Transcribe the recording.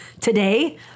today